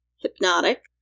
hypnotic